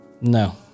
No